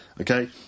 okay